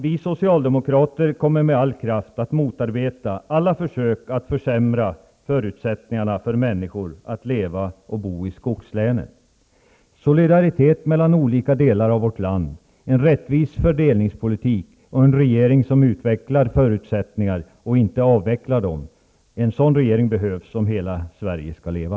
Vi socialdemokrater kommer med all kraft att motarbeta alla försök att försämra förutsättningarna för människor att leva och bo i skogslänen. Solidaritet mellan olika delar av vårt land, en rättvis fördelningspolitik och en regering som utvecklar förutsättningar och inte avvecklar dem behövs om hela Sverige skall leva.